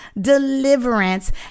deliverance